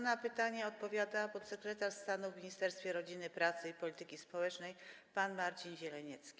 Na pytanie odpowiada podsekretarz stanu w Ministerstwie Rodziny, Pracy i Polityki Społecznej pan Marcin Zieleniecki.